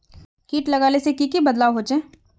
किट लगाले से की की बदलाव होचए?